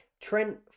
Trent